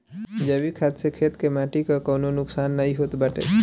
जैविक खाद से खेत के माटी कअ कवनो नुकसान नाइ होत बाटे